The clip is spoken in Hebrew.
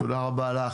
תודה רבה לכן.